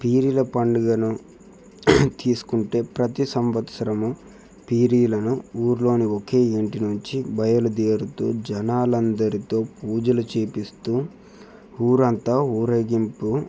పీరీల పండగను తీసుకుంటే ప్రతీ సంవత్సరము పీరీలను ఊరిలోని ఒకే ఇంటి నుంచి బయలుదేరుతూ జనాలు అందరితో పూజలు చేపిస్తూ ఊరంతా ఊరేగింపు